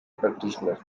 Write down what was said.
practitioner